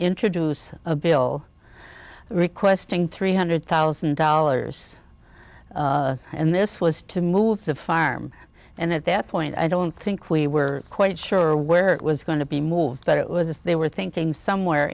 introduce a bill requesting three hundred thousand dollars and this was to move the farm and at that point i don't think we were quite sure where it was going to be moved but it was they were thinking somewhere